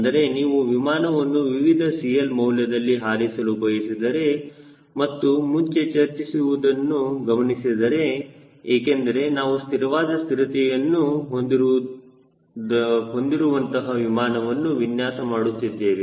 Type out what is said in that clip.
ಅಂದರೆ ನೀವು ವಿಮಾನವನ್ನು ವಿವಿಧ CL ಮೌಲ್ಯದಲ್ಲಿ ಹಾರಿಸಲು ಬಯಸಿದರೆ ಮತ್ತು ಮುಂಚೆ ಚರ್ಚಿಸುವುದನ್ನು ಗಮನಿಸಿದರೆ ಏಕೆಂದರೆ ನಾವು ಸ್ಥಿರವಾದ ಸ್ಥಿರತೆಯನ್ನು ಹೊಂದಿರುವಂತಹ ವಿಮಾನವನ್ನು ವಿನ್ಯಾಸ ಮಾಡುತ್ತಿದ್ದೇವೆ